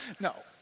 no